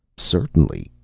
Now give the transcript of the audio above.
certainly,